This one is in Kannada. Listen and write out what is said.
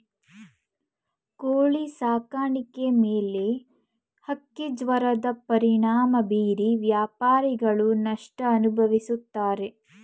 ಕೋಳಿ ಸಾಕಾಣಿಕೆ ಮೇಲೆ ಹಕ್ಕಿಜ್ವರದ ಪರಿಣಾಮ ಬೀರಿ ವ್ಯಾಪಾರಿಗಳು ನಷ್ಟ ಅನುಭವಿಸುತ್ತಾರೆ